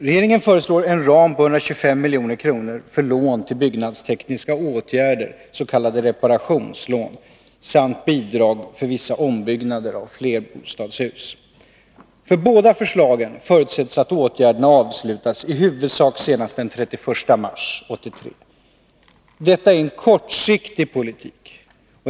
Regeringen föreslår en ram på 125 milj.kr. för lån till byggnadstekniska åtgärder, s.k. reparationslån, samt bidrag för vissa ombyggnader av flerbostadshus. För båda förslagen förutsätts att åtgärderna avslutas i huvudsak senast den 31 mars 1983. Detta är en kortsiktig politik.